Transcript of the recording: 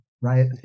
right